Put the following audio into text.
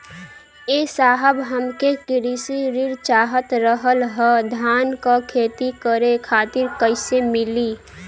ए साहब हमके कृषि ऋण चाहत रहल ह धान क खेती करे खातिर कईसे मीली?